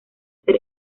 ser